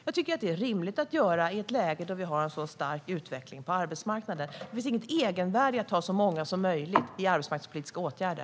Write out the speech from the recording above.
Jag tycker att detta är rimligt att göra i ett läge där vi har en så stark utveckling på arbetsmarknaden. Det finns inget egenvärde i att ha så många som möjligt i arbetsmarknadspolitiska åtgärder.